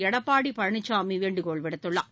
எடப்பாடி பழனிசாமி வேண்டுகோள் விடுத்துள்ளார்